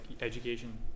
education